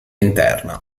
interna